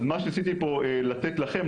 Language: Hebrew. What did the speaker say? אז מה שניסיתי פה לתת לכם,